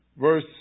verse